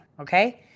okay